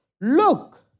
Look